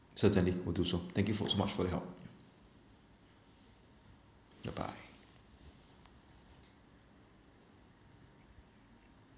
certainly will do so thank you fo~ so much for your help bye bye